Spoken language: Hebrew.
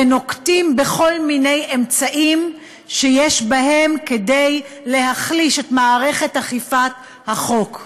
ונוקטים כל מיני אמצעים שיש בהם כדי להחליש את מערכת אכיפת החוק.